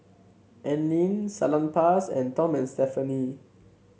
Anlene Salonpas and Tom amnd Stephanie